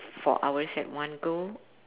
for hours at one go